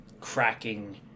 cracking